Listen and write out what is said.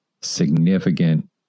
significant